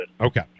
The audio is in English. Okay